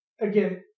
again